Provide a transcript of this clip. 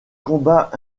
combats